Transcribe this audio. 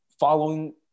following